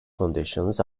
conditions